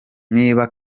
niba